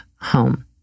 home